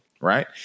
right